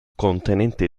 contenente